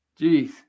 Jeez